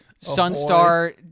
Sunstar